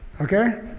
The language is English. Okay